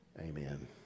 Amen